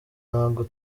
ntago